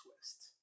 twist